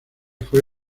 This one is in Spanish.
fue